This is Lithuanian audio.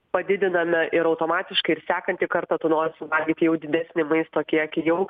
padidiname ir automatiškai ir sekantį kartą tu nori suvalgyti jau didesnį maisto kiekį jau